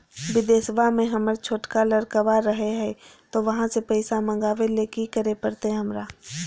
बिदेशवा में हमर छोटका लडकवा रहे हय तो वहाँ से पैसा मगाबे ले कि करे परते हमरा?